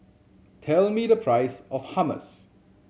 tell me the price of Hummus